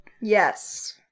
Yes